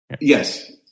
Yes